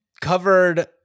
covered